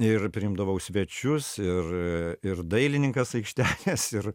ir priimdavau svečius ir ir dailininkas aikštelės ir